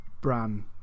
Bran